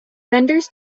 vendors